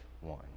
one